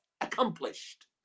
accomplished